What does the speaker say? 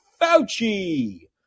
Fauci